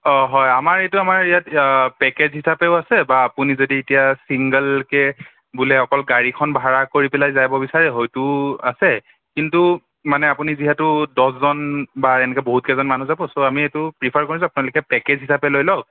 অ' হয় আমাৰ এইটো আমাৰ ইয়াত পেকেজ হিচাপেও আছে বা আপুনি যদি এতিয়া ছিংগলকৈ বোলে অকল গাড়ীখন ভাড়া কৰি পেলাই যাব বিচাৰে হয়তো আছে কিন্তু মানে আপুনি যিহেতু দহজন বা এনেকৈ বহুত কেইজন মানুহ যাব ছ' আমি এইটো প্ৰিফাৰ কৰিম যে আপোনালোকে পেকেজ হিচাপে লৈ লওক